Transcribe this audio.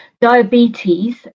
diabetes